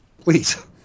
please